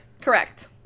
Correct